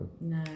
No